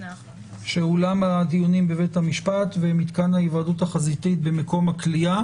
שאולם הדיונים בבית המשפט ומתקן ההיוועדות החזותית במקום הכליאה